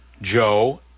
Joe